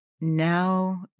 Now